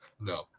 No